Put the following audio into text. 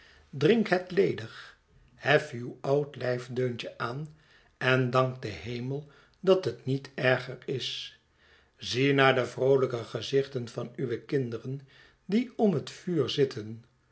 het ledig hef uw oud lijfdeuntje aan en dank den hemel dat het niet erger is zie naar de vroolijke gezichten van uwe kinderen die om het vuur zitten